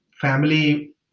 family